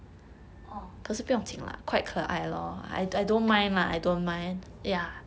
orh